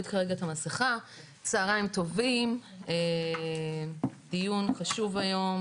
צוהריים טובים, דיון חשוב היום